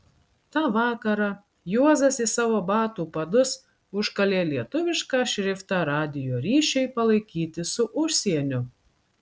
tą vakarą juozas į savo batų padus užkalė lietuvišką šriftą radijo ryšiui palaikyti su užsieniu